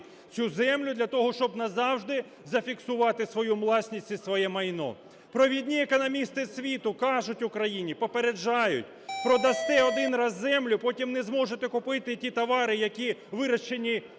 цю землю для того, щоб назавжди зафіксувати свою власність і своє майно. Провідні економісти світу кажуть Україні, попереджають: продасте один раз землю, потім не зможете купити і ті товари, які вироблені